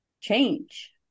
change